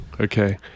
okay